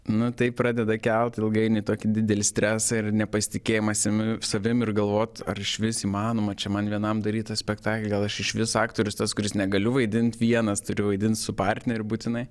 na tai pradeda kelti ilgainiui tokį didelį stresą ir nepasitikėjimą savim ir galvot ar išvis įmanoma čia man vienam daryt tą spektaklį gal aš išvis aktorius tas kuris negaliu vaidint vienas turiu vaidint su partneriu būtinai